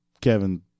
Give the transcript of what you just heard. Kevin